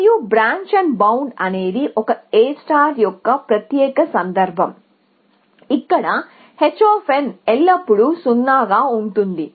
మరియు బ్రాంచ్బౌండ్ అనేది ఒక A యొక్క ప్రత్యేక సందర్భం ఇక్కడ h ఎల్లప్పుడూ 0 గా ఉంటుంది